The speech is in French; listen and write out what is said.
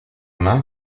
main